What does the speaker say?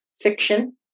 fiction